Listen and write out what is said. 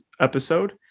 episode